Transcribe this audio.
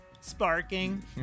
sparking